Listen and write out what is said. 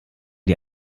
dir